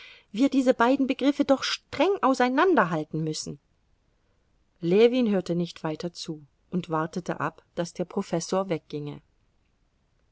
wir diese beiden begriffe doch streng auseinanderhalten müssen ljewin hörte nicht weiter zu und wartete ab daß der professor wegginge